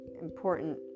important